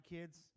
kids